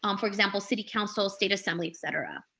um for example, city council, state assembly, et cetera.